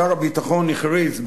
שר הביטחון הכריז,